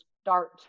start